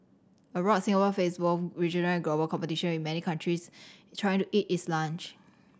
abroad Singapore face both regional and global competition with many countries trying to eat its lunch